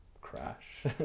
crash